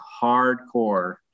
hardcore